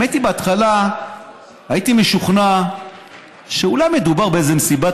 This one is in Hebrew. בהתחלה הייתי משוכנע שאולי מדובר במסיבת